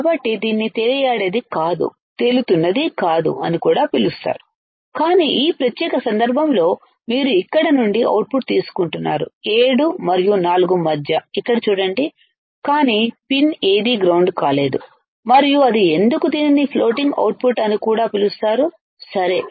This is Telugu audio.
కాబట్టి దీనిని తేలియాడేది కాదు తేలుతున్నది కాదు అని కూడా పిలుస్తారు కానీ ఈ ప్రత్యేక సందర్భంలో మీరు ఇక్కడ నుండి అవుట్పుట్ తీసుకుంటున్నారు 7 మరియు 4 మధ్య ఇక్కడ చూడండి కానీ పిన్ ఏదీ గ్రౌండ్ కాలేదు మరియు అది ఎందుకు దీనిని ఫ్లోటింగ్ అవుట్పుట్ అని కూడా పిలుస్తారు సరే